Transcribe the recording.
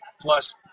Plus